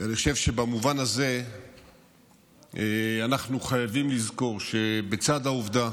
אני חושב שבמובן הזה אנחנו חייבים לזכור שבצד העובדה